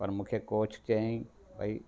पर मूंखे कोच चईं की भाई